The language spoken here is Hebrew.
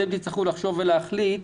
אתם תצטרכו לחשוב ולהחליט,